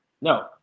No